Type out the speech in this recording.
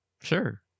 Sure